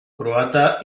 croata